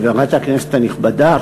חברת הכנסת הנכבדה,